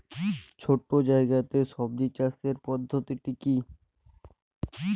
ছোট্ট জায়গাতে সবজি চাষের পদ্ধতিটি কী?